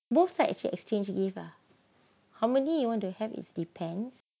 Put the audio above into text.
both side actually exchange gift ah how many you want to have it depends